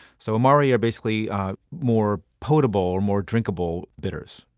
so amari are basically more potable or more drinkable bitters.